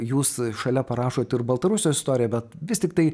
jūs šalia parašot ir baltarusijos istorija bet vis tiktai